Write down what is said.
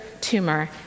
tumor